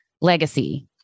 legacy